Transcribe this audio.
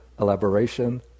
elaboration